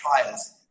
trials